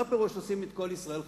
מה פירוש "עושה את כל ישראל חברים"?